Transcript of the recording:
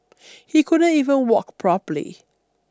he couldn't even walk properly